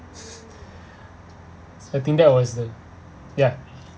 I think that was a ya